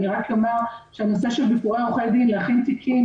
אני רק אומר שלגבי ביקורי עורכי דין להכין תיקים